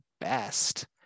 best